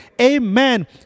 Amen